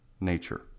nature